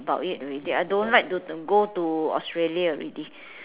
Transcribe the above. about it already I don't like to go to Australia already